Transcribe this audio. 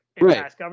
Right